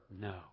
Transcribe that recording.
no